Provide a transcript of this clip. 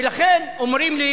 ולכן, אומרים לי